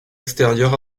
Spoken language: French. extérieur